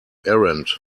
errand